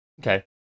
Okay